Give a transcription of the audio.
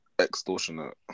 extortionate